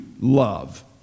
Love